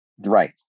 right